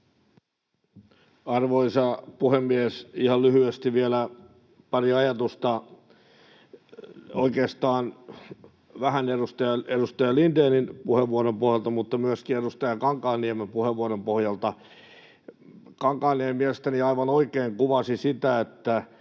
Arvoisa puhemies! Ihan lyhyesti vielä pari ajatusta, oikeastaan vähän edustaja Lindénin puheenvuoron pohjalta mutta myöskin edustaja Kankaanniemen puheenvuoron pohjalta. Kankaanniemi mielestäni aivan oikein kuvasi sitä, että